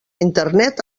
internet